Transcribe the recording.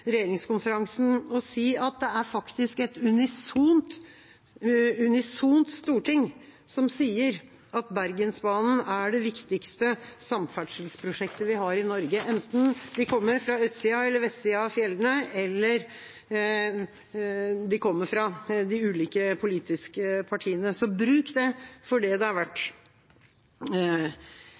regjeringskonferansen og si at det faktisk er et unisont storting som sier at Bergensbanen er det viktigste samferdselsprosjektet vi har i Norge, enten de kommer fra østsida eller vestsida av fjellene, eller de kommer fra ulike politiske partier. Så bruk det for det det er verdt! Noen tall har vært